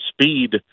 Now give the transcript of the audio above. speed